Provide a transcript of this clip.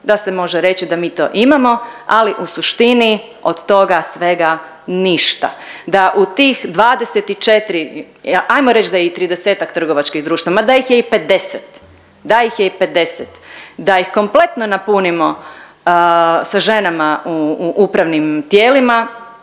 da se može reći da mi to imamo, ali u suštini od toga svega ništa. Da u tih 24, ajmo reći da je i 30-tak trgovačkih društava ma da ih je i 50, da ih je i 50, da ih kompletno napunimo sa ženama u upravnim tijelima